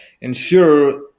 ensure